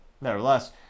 nevertheless